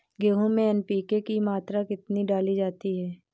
गेहूँ में एन.पी.के की मात्रा कितनी डाली जाती है?